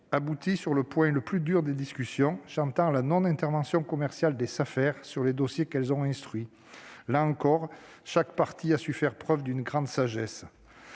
compromis sur le point le plus ardu des discussions, à savoir la non-intervention commerciale des Safer sur les dossiers qu'elles ont instruits. Là encore, chaque partie a su faire preuve d'une grande sagesse.